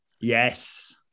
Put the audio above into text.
Yes